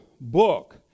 book